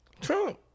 Trump